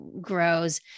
grows